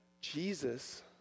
Jesus